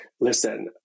listen